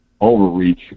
overreach